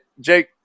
Jake